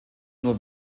nur